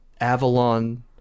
Avalon